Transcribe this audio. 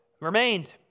remained